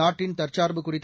நாட்டின் தற்சாா்பு குறித்த